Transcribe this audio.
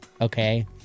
Okay